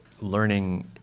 learning